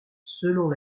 selon